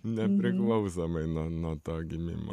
nepriklausomai nuo nuo to gimimo